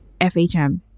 FHM